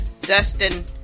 Dustin